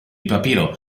papiro